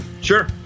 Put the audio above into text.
Sure